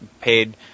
paid